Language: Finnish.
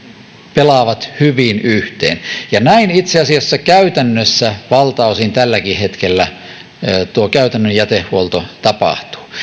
pelaavat hyvin yhteen ja näin itse asiassa käytännössä valtaosin tälläkin hetkellä käytännön jätehuolto tapahtuu